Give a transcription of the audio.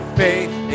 faith